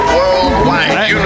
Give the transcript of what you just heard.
Worldwide